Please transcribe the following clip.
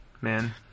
man